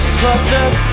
clusters